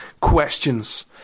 questions